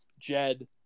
Jed